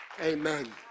amen